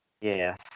Yes